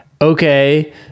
okay